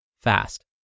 fast